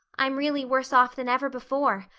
i'm really worse off than ever before,